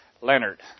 Leonard